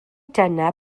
dyna